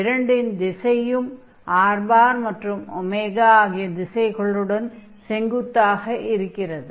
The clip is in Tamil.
இரண்டின் திசையும் r மற்றும் ஆகிய திசைகளுடன் செங்குத்தாக இருக்கிறது